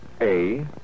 A-